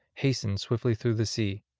hastened swiftly through the sea,